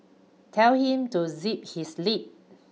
tell him to zip his lip